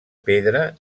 pedra